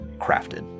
crafted